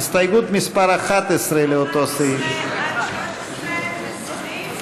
ההסתייגות (10) של קבוצת סיעת המחנה הציוני,